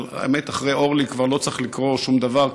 אבל האמת היא שאחרי אורלי כבר לא צריך לקרוא שום דבר,